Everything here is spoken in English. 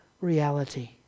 reality